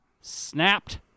snapped